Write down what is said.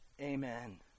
Amen